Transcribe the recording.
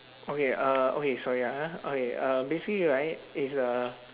okay uh okay sorry ah okay uh basically right is a